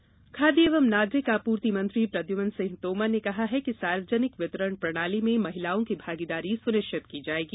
महिला भागीदारी खाद्य एवं नागरिक आपूर्ति मंत्री प्रद्युमन सिंह तोमर ने कहा है कि सार्वजनिक वितरण प्रणाली में महिलाओं की भागीदारी सुनिश्चित की जाएगी